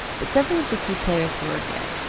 but several of the key players were gay,